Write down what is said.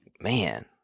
Man